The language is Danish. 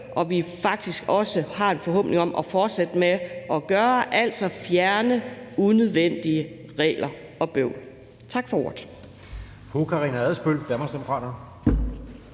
også har en forventning om at fortsætte med at gøre, altså at fjerne unødvendige regler og bøvl. Tak for ordet.